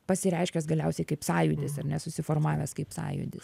pasireiškęs galiausiai kaip sąjūdis ar ne susiformavęs kaip sąjūdis